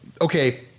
Okay